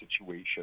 situation